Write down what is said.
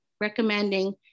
recommending